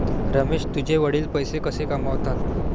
रमेश तुझे वडील पैसे कसे कमावतात?